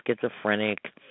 schizophrenic